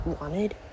wanted